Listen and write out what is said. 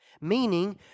Meaning